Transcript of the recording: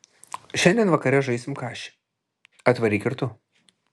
šiandien vakare žaisim kašį atvaryk ir tu